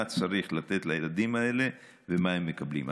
שצריך לתת לילדים האלה לבין מה הם מקבלים,